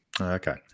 Okay